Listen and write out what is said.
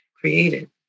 created